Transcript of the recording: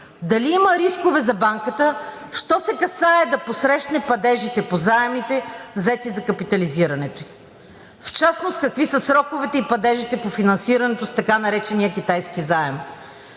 дали има рискове за банката, що се касае да посрещне падежите по заемите, взети за капитализирането ѝ? В частност, какви са сроковете и падежите по финансирането с така наречения „Китайски заем“?